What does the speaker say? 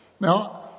Now